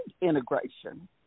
integration